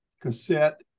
cassette